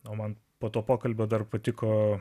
o man po to pokalbio dar patiko